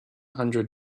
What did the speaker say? hundred